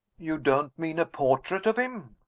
you don't mean a portrait of him!